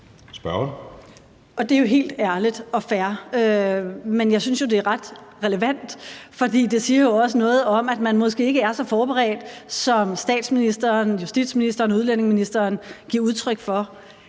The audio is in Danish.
Det er helt ærligt og fair, men jeg synes jo, det er ret relevant, for det siger også noget om, at man måske ikke er så forberedt, som statsministeren, justitsministeren og udlændingeministeren giver udtryk for.